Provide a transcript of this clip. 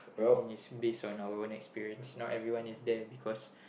I mean it's based on our own experience not everyone is there because